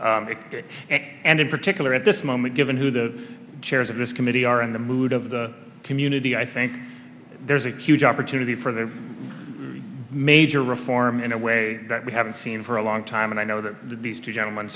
predictability and in particular at this moment given who the as of this committee are in the mood of the community i think there's a huge opportunity for the major reform in a way that we haven't seen for a long time and i know that these two gentlem